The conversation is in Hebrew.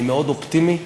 אני מאוד אופטימי.